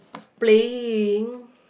playing